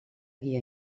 guia